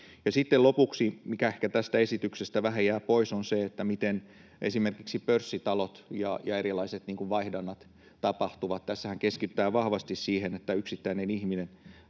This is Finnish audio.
lopuksi: mikä ehkä tästä esityksestä vähän jää pois, on se, miten esimerkiksi pörssitalot ja erilaiset vaihdannat tapahtuvat. Tässähän keskitytään vahvasti siihen, että yksittäinen ihminen